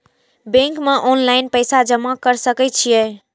Bank में online पैसा जमा कर सके छीये?